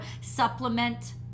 supplement